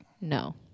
No